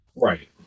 Right